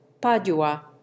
Padua